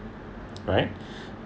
right